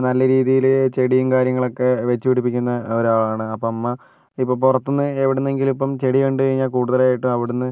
നല്ല രീതിയിൽ ചെടിയും കാര്യങ്ങളൊക്കെ വെച്ച് പിടിപ്പിക്കുന്ന ഒരാളാണ് അപ്പം അമ്മ ഇപ്മ്മ് പുറത്തു നിന്ന് എവിടെ നിന്നെങ്കിലും ഇപ്പം ചെടി കണ്ട് കഴിഞ്ഞാൽ കൂടുതലായിട്ട് അവിടെ നിന്ന്